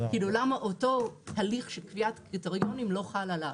כאילו למה אותו תהליך של קביעת קריטריונים לא חל עליו?